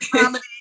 comedy